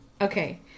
Okay